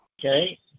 Okay